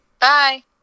Bye